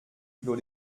clos